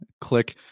Click